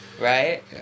Right